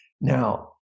Now